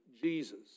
Jesus